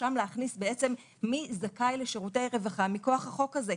שם להכניס מי זכאי לשירותי רווחה מכוח החוק הזה.